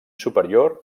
superior